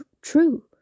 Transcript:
true